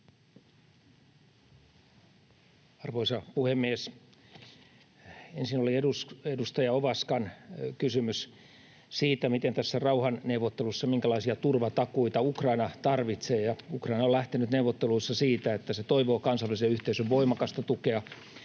Arvoisa puhemies! Ensin oli edustaja Ovaskan kysymys näistä rauhanneuvotteluista, minkälaisia turvatakuita Ukraina tarvitsee: Ukraina on lähtenyt neuvotteluissa siitä, että se toivoo kansainvälisen yhteisön voimakasta tukea